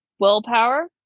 willpower